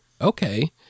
okay